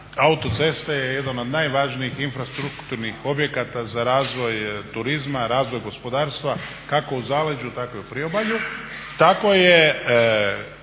autoceste je jedan od najvažnijih infrastrukturnih objekata za razvoj turizma, razvoj gospodarstva kako u zaleđu tako i u priobalju,